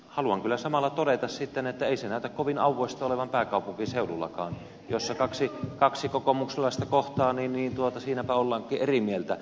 haluan kyllä samalla todeta että ei se näytä kovin auvoista olevan pääkaupunkiseudullakaan jossa kaksi kokoomuslaista kun kohtaa niin siinäpä ollaankin eri mieltä